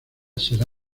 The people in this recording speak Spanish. será